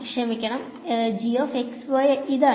ക്ഷമിക്കണമ് ഇതാണ്